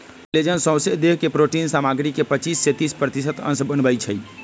collagen सौसे देह के प्रोटिन सामग्री के पचिस से तीस प्रतिशत अंश बनबइ छइ